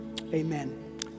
Amen